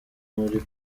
muri